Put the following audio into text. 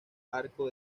arco